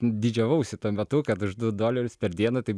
didžiavausi tuo metu kad aš du dolerius per dieną taip